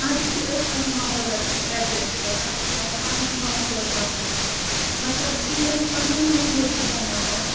ادٕ چھ ٲسۍ اتھ ماحوٗلس سۭتۍ اڑجیٚسٹ گژھان اسہِ چھُ پیٚوان پنُن ماحوٗل بناوُن مطلب زِ ییٚلہِ أسۍ پنُن ماحوٗل چھِ بناوان